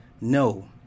no